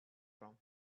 from